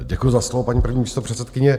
Děkuji za slovo, paní první místopředsedkyně.